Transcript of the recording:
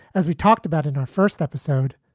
as we talked about in our first episode.